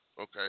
Okay